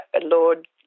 Lord